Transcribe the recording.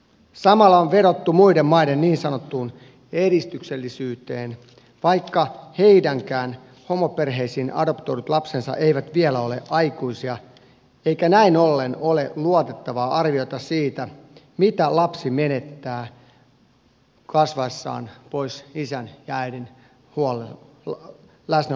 samalla on vedottu muiden maiden niin sanottuun edistyksellisyyteen vaikka heidänkään homoperheisiin adoptoidut lapsensa eivät vielä ole aikuisia eikä näin ollen ole luotettavaa arviota siitä mitä lapsi menettää kasvaessaan poissa isän ja äidin läsnäolosta